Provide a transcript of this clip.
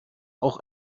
auch